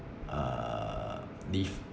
uh leave